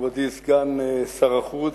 מכובדי סגן שר החוץ,